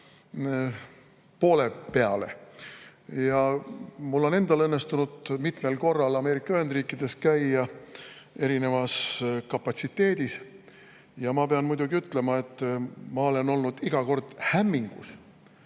poole peale. Mul on endal õnnestunud mitmel korral Ameerika Ühendriikides käia, erinevas kapatsiteedis, ja ma pean muidugi ütlema, et ma olen olnud iga kord hämmingus,